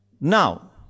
now